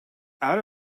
out